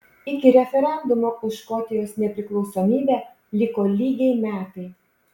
iki referendumo už škotijos nepriklausomybę liko lygiai metai